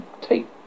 take